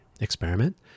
experiment